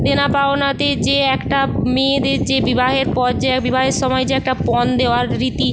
দেনা পাওনাতে যে একটা মেয়েদের যে বিবাহের পর যে বিবাহের সময় যে একটা পণ দেওয়ার রীতি